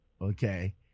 okay